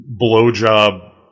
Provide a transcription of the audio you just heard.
blowjob